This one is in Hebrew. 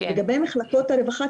לגבי מחלקות הרווחה,